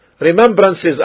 remembrances